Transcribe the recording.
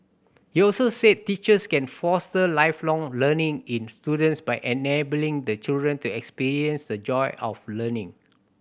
he also said teachers can foster Lifelong Learning in students by enabling the children to experience the joy of learning